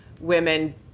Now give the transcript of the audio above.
women